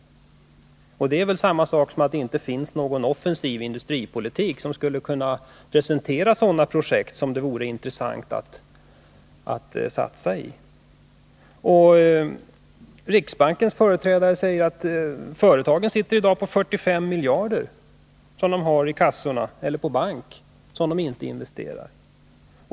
Och det är väl samma sak som att det inte finns någon offensiv industripolitik som skulle kunna presentera sådana 61 projekt som det vore intressant att satsa i. Riksbankens företrädare säger att företagen i dag sitter på 45 miljarder — som de har i sina kassor eller på bank — som de inte investerar.